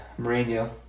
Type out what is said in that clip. Mourinho